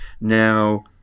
Now